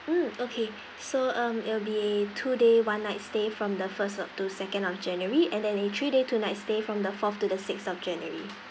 mm okay so um it'll be a two day one night stay from the first uh to second of january and then a three day two night stay from the fourth to the sixth of january